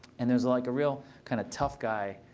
and there was like a real kind of tough guy